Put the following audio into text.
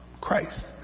Christ